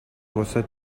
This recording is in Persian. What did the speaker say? واست